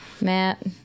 Matt